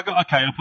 Okay